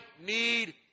need